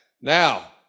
Now